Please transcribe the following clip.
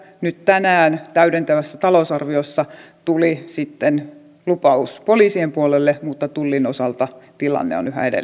nyt tänään täydentävässä talousarviossa tuli sitten lupaus poliisien puolelle mutta tullin osalta tilanne on yhä edelleen kesken